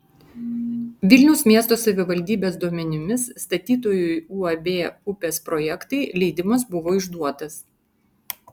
vilniaus miesto savivaldybės duomenimis statytojui uab upės projektai leidimas buvo išduotas